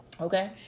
Okay